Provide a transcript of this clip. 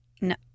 No